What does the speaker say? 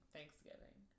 Thanksgiving